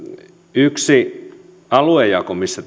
yksi aluejako missä